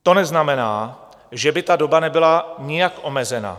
To neznamená, že by ta doba nebyla nijak omezena.